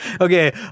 okay